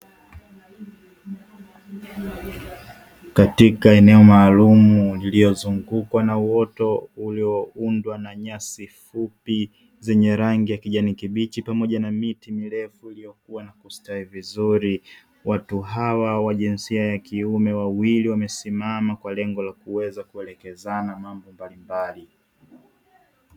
Katika eneo maalum iliyozungukwa na uoto ulioundwa na nyasi fupi zenye rangi ya kijani kibichi pamoja na miti mirefu iliostawi vizuri watu hawa wa jinsia ya kiume wamesimama kwa lengo la kuweza kuelekezana mambo mbalimbali.